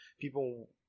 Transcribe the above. people